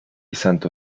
santo